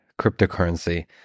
cryptocurrency